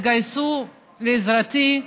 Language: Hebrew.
התגייסו לעזרתי,